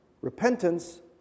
Repentance